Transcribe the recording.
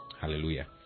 Hallelujah